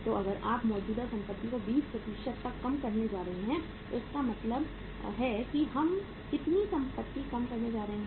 तो अगर आप मौजूदा संपत्ति को 20 तक कम करने जा रहे हैं तो इसका मतलब है कि हम कितनी संपत्ति कम करने जा रहे हैं